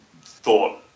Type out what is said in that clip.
thought